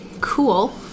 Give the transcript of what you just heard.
Cool